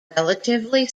relatively